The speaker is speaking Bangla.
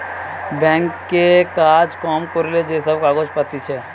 ব্যাঙ্ক এ কাজ কম করিলে যে সব কাগজ পাতিছে